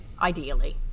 Ideally